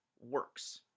works